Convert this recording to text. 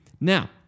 Now